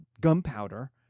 gunpowder